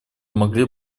могли